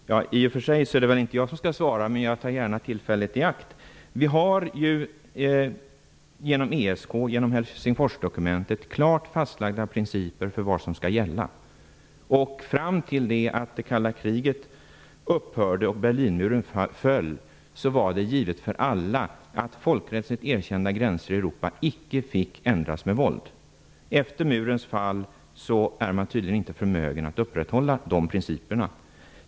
Fru talman! I och för sig är det väl inte jag som skall svara. Men jag tar gärna tillfället i akt. Det finns genom ESK och i Helsingforsdokumentet klart fastlagda principer för vad som skall gälla. Fram till det att det kalla kriget upphörde och Berlinmuren föll var det givet för alla att folkrättsligt erkända gränser i Europa icke fick ändras med våld. Efter murens fall är man tydligen inte förmögen att upprätthålla de principerna.